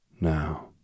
now